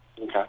Okay